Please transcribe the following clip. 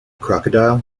crocodile